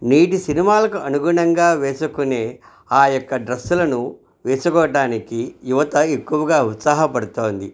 నేటి సినిమాలకు అనుగుణంగా వేసుకునే ఆ యొక్క డ్రస్సులను వేసుకోడానికి యువత ఎక్కువగా ఉత్సాహపడుతోంది